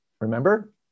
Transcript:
Remember